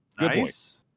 Nice